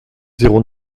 zéro